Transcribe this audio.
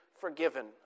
forgiven